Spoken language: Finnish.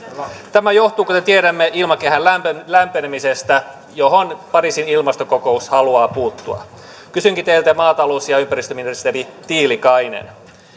tämä johtuu kuten tiedämme ilmakehän lämpenemisestä johon pariisin ilmastokokous haluaa puuttua kysynkin teiltä maatalous ja ja ympäristöministeri tiilikainen